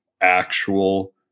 actual